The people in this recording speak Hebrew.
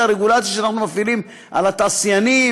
על רגולציה שאנחנו מפעילים על התעשיינים,